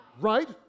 right